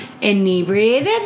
inebriated